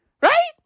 Right